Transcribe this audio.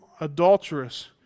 adulterous